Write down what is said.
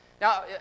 Now